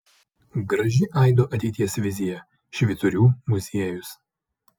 graži aido ateities vizija švyturių muziejus